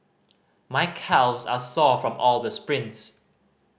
my calves are sore from all the sprints